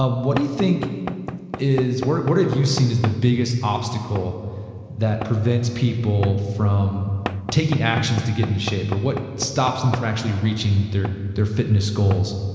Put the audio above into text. um what do you think is what what have you seen is the biggest obstacle that prevents people from taking actions to get into shape or what stops them and from actually reaching their their fitness goals?